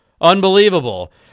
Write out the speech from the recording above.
Unbelievable